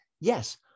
yes